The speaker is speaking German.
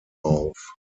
auf